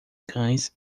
cães